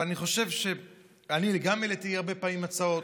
גם העליתי הרבה פעמים הצעות,